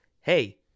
Hey